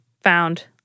found